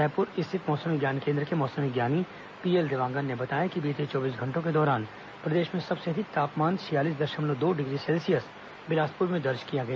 रायपुर स्थित मौसम विज्ञान केंद्र के मौसम विज्ञानी पीएल देवांगन ने बताया कि बीते चौबीस घंटों के दौरान प्रदेश में सबसे अधिकतम तापमान छियालीस दशमलव दो डिग्री सेल्सियस बिलासपुर में दर्ज किया गया